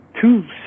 two